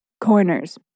corners